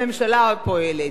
הממשלה פועלת,